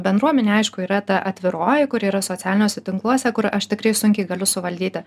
bendruomenė aišku yra ta atviroji kuri yra socialiniuose tinkluose kur aš tikrai sunkiai galiu suvaldyti